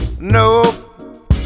no